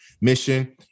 mission